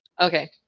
Okay